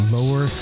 Lower